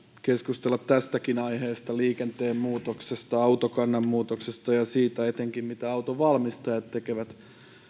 keskustella tästäkin aiheesta liikenteen muutoksesta autokannan muutoksesta ja etenkin siitä mitä autonvalmistajat tekevät